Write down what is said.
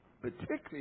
particularly